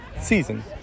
season